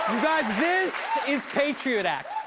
um guys, this is patriot act,